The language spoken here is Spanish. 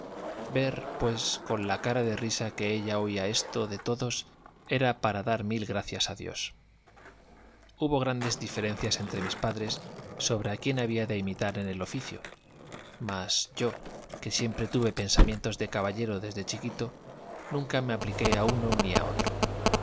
ver pues con la cara de risa que ella oía esto de todos era para dar mil gracias a dios hubo grandes diferencias entre mis padres sobre a quién había de imitar en el oficio mas yo que siempre tuve pensamientos de caballero desde chiquito nunca me apliqué a uno ni a otro